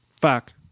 Fuck